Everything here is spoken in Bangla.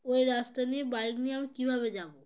ওই রাস্তা নিয়ে বাইক নিয়ে আমি কীভাবে যাবো